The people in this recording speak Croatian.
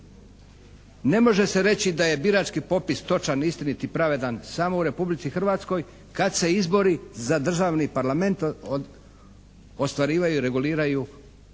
Ne može se reći da je birači popis točan, istinit i pravedan samo u Republici Hrvatskoj kad se izbori za državni Parlament ostvarivaju i reguliraju i izvan